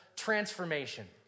Transformation